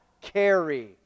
carry